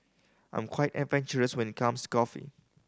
I'm quite adventurous when it comes coffee